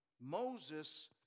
Moses